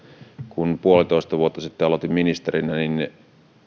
kun puolitoista vuotta sitten aloitin ministerinä niin